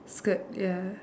skirt ya